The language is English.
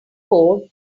code